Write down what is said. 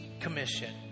commission